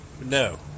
No